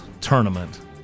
Tournament